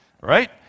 right